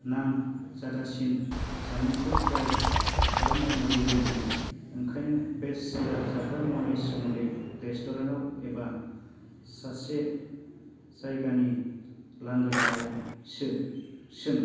नामजादासिन जामुंखो ट्राइ खालामनायनो लुबैदों ओंखायनो बेस्ट सेलार जाग्रा मुवानि सोमोन्दै रेस्ट'रेन्टआव एबा सासे जायगानि लांगोनायावसो सों